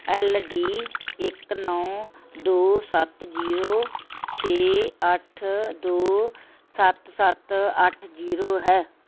L D ਇੱਕ ਨੌ ਦੋ ਸੱਤ ਜ਼ੀਰੋ ਛੇ ਅੱਠ ਦੋ ਸੱਤ ਸੱਤ ਅੱਠ ਜ਼ੀਰੋ ਹੈ